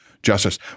Justice